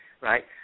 right